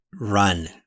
run